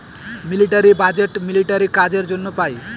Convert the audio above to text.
military budget military কাজের জন্য পাই